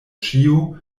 ĉio